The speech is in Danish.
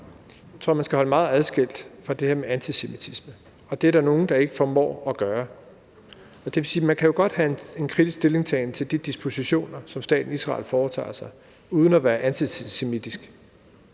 Israel-Palæstina-konflikten meget adskilt fra det her med antisemitisme, og det er der nogle, der ikke formår at gøre. Det vil sige, at man godt kan have en kritisk stillingtagen til de dispositioner, som staten Israel foretager sig, uden at være antisemitisk.